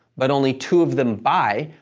but only two of them buy,